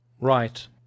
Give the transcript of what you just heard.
Right